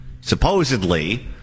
supposedly